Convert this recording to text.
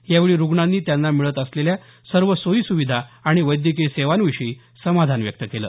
यावेळी रुग्णांनी त्यांना मिळत असलेल्या सर्व सोयी सुविधा आणि वैद्यकीय सेवांविषयी समाधान व्यक्त केल